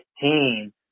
team